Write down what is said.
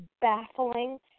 baffling